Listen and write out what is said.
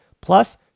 Plus